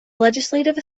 legislative